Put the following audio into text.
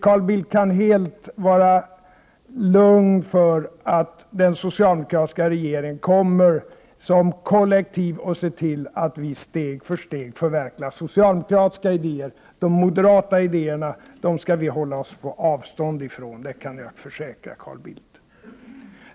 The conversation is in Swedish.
Carl Bildt kan vara helt lugn för att den socialdemokratiska regeringen kommer som kollektiv att se till att vi steg för steg förverkligar socialdemokratiska idéer. De moderata idéerna skall vi hålla oss på avstånd ifrån, det kan jag försäkra Carl Bildt.